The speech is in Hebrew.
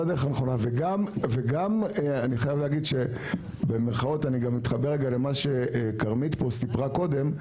וגם אני חייב להגיד שבמירכאות אני מתחבר רגע למה שכרמית פה סיפרה קודם,